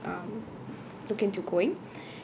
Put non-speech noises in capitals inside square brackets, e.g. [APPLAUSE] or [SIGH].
um look into going [BREATH]